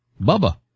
Bubba